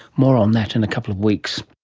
more on that in a couple of weeks